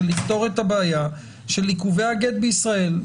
שרוצה לפתור את הבעיה של עיכובי גט בישראל.